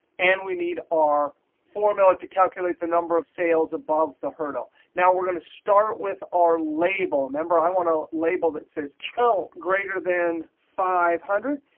and we need our formula to calculate the number of sales above the hurdle. now, we're going to start with our label. remember, i want to label that says count greater than five hundred.